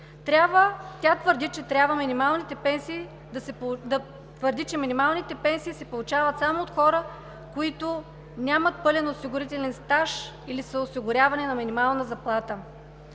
Тя твърди, че минималните пенсии се получават само от хора, които нямат пълен осигурителен стаж или са осигурявани на минимална заплата.